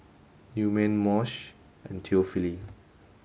Newman Moshe and Theophile